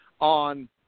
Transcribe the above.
on